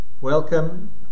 welcome